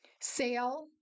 sale